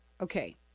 okay